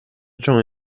чоң